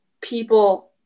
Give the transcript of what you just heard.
people